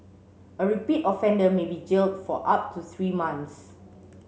a repeat offender may be jailed for up to three months